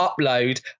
upload